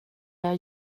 jag